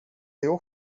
jag